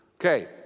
Okay